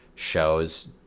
Shows